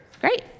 Great